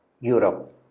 europe